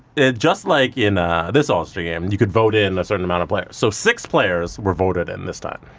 just like in ah this all-star game you could vote in a certain amount of players. so six players were voted in this time.